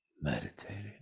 meditating